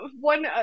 one